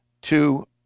two